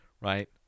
Right